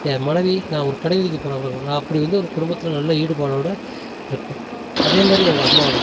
என் மனைவி நான் ஒரு கடைக்கு வீதிக்கு போனால் கூட அப்படி வந்து ஒரு குடும்பத்தில நல்ல ஈடுபாடோட இருப்பேன் அதே மாதிரி எங்கள் அம்மாவும்